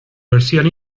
versión